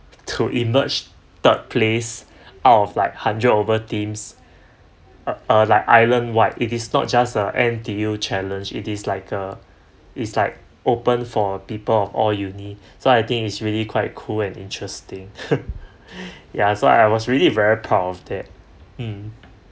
to emerge third place out of like hundred over teams uh like island wide it is not just N_T_U challenge it is like a it's like open for people all uni so I think it's really quite cool and interesting ya so I was really very proud of that mm